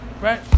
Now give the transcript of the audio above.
Right